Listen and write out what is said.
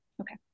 Okay